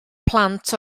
plant